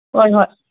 ꯍꯣꯏ ꯍꯣꯏ